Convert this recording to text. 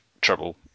trouble